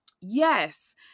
Yes